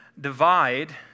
divide